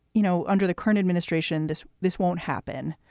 you know, under the current administration, this this won't happen.